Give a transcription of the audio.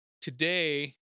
today